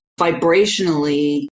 vibrationally